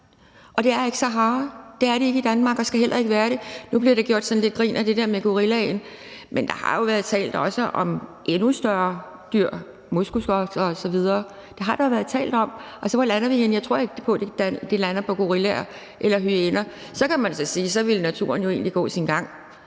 og det er ikke Sahara, det er det ikke i Danmark, og det skal heller ikke være det. Nu bliver der gjort så lidt grin med det der med gorillaen, men der har jo også været talt om endnu større dyr, moskusokser osv. Det har der jo været talt om, så hvor lander vi henne? Jeg tror ikke på, det lander på gorillaer eller hyæner. Man kan sige, at så ville naturen jo egentlig gå sin gang,